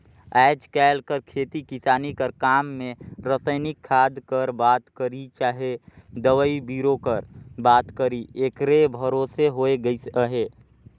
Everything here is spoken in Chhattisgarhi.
आएज काएल कर खेती किसानी कर काम में रसइनिक खाद कर बात करी चहे दवई बीरो कर बात करी एकरे भरोसे होए गइस अहे